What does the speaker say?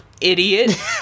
idiot